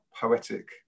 poetic